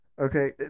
Okay